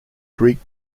greek